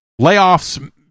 layoffs